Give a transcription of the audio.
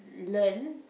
learn